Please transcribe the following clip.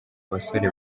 abasore